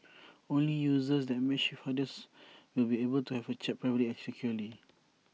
only users that matched with each other will be able to have A chat privately and securely